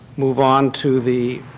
move on to the